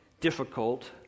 difficult